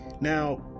Now